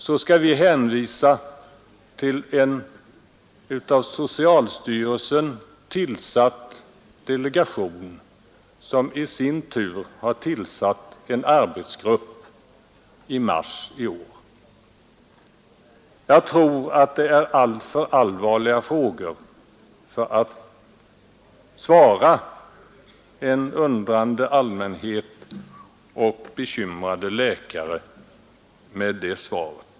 Vi skall då hänvisa till en av socialstyrelsen tillsatt delegation som i sin tur tillsatt en arbetsgrupp i mars i år. Jag tror att det gäller alltför allvarliga ting för att man skall svara en undrande allmänhet och bekymrade läkare med det beskedet.